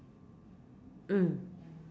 mm